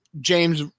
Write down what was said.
James